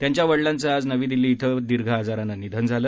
त्यांच्या वडिलांचं आज नवी दिल्ली इथं दीर्घ आजारानं निधन झालं